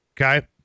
okay